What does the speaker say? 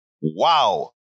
Wow